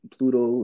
Pluto